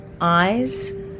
eyes